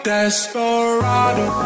Desperado